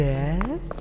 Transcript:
Yes